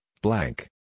blank